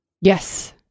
yes